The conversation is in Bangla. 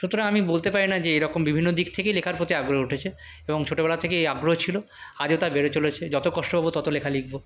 সুতরাং আমি বলতে পারি না যে এরকম বিভিন্ন দিক থেকেই লেখার প্রতি আগ্রহ উঠেছে এবং ছোটোবেলা থেকেই এই আগ্রহ ছিল আজও তা বেড়ে চলেছে যত কষ্ট পাবো ততো লেখা লিখবো